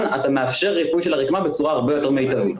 מאפשרים ריפוי הרקמה בצורה הרבה יותר מיטבית.